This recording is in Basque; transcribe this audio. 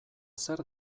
zer